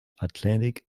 atlantic